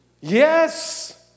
Yes